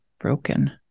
broken